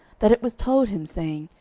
that it was told him, saying,